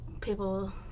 people